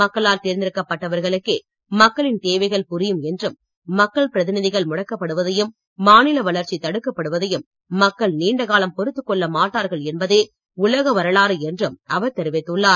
மக்களால் தேர்ந்தெடுக்கப் பட்டவர்களுக்கே மக்களின் தேவைகள் புரியும் என்றும் மக்கள் பிரதிநிதிகள் முடக்கப் படுவதையும் மாநில வளர்ச்சி தடுக்கப் படுவதையும் மக்கள் நீண்ட காலம் பொறுத்துக்கொள்ள மாட்டார்கள் என்பதே உலக வரலாறு என்றும் அவர் தெரிவித்துள்ளார்